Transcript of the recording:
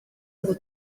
ngo